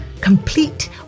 complete